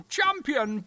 Champion